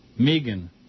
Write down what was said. Megan